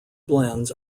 blends